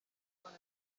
women